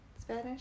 Spanish